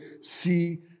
see